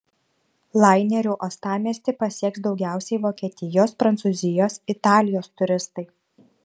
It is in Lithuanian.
laineriu uostamiestį pasieks daugiausiai vokietijos prancūzijos italijos turistai